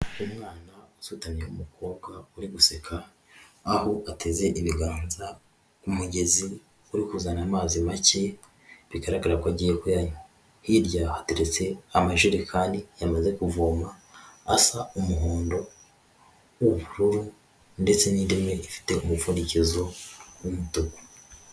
Umwana usutanye w'umukobwa uri guseka, aho ateze ibiganza ku mugezi uri kuzana amazi make, bigaragara ko agiye kuyanywa, hirya hateretse amajerekani yamaze kuvoma asa umuhondo, ubururu ndetse n'indi imwe ifite umupfundikizo w'umutuku.